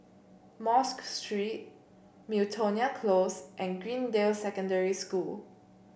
Mosque Street Miltonia Close and Greendale Secondary School